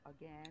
Again